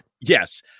Yes